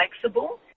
flexible